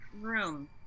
room